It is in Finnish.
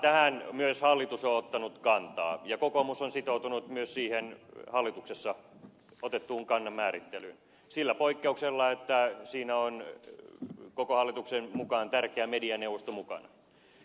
tähän myös hallitus on ottanut kantaa ja kokoomus on sitoutunut myös siihen hallituksessa otettuun kannanmäärittelyyn sillä poikkeuksella että siinä on koko hallituksen mukaan tärkeä medianeuvosto mukana